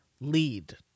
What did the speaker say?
lead